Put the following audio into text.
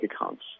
accounts